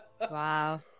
Wow